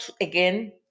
again